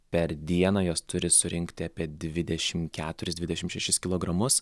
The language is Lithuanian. per dieną jos turi surinkti apie dvidešimt keturis dvidešimt šešis kilogramus